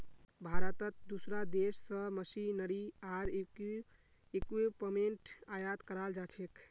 भारतत दूसरा देश स मशीनरी आर इक्विपमेंट आयात कराल जा छेक